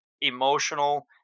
emotional